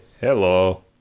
hello